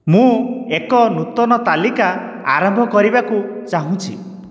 ମୁଁ ଏକ ନୂତନ ତାଲିକା ଆରମ୍ଭ କରିବାକୁ ଚାହୁଁଛି